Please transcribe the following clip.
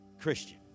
Christian